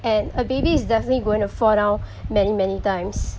and a baby is definitely going to fall down many many times